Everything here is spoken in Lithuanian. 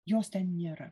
jos ten nėra